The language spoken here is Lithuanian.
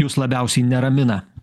jus labiausiai neramina